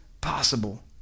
possible